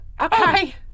Okay